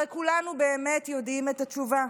הרי כולנו יודעים את התשובה.